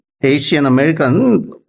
Asian-American